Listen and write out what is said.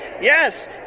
yes